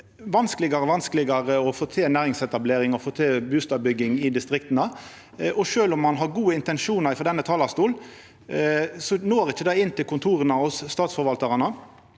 det blir vanskelegare og vanskelegare å få til næringsetablering og bustadbygging i distrikta. Sjølv om ein har gode intensjonar frå denne talarstolen, når det ikkje inn til kontora hos statsforvaltarane.